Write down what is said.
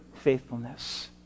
faithfulness